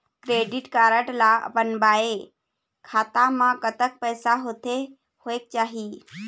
Credit card ला बनवाए खाता मा कतक पैसा होथे होएक चाही?